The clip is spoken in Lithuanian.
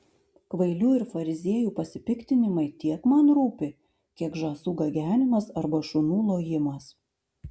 kvailių ir fariziejų pasipiktinimai tiek man rūpi kiek žąsų gagenimas arba šunų lojimas